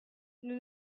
nous